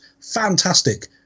Fantastic